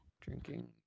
Drinking